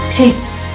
taste